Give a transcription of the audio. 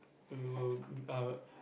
when we were err